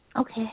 Okay